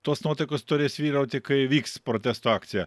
tos nuotaikos turės vyrauti kai vyks protesto akcija